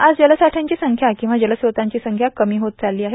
आज जलसाठ्यांची संख्या किंवा जलस्त्रोतांची संख्या कमी होत चालली आहे